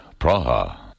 Praha